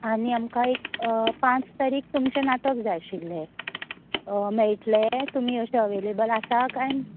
आनी आमकां एक पांच तारीख तुमचे नाटक जाय आशिल्ले मेळटले तुमी अशे अवॅलेबल आसात काय